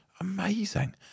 amazing